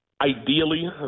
ideally